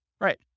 Right